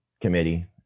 committee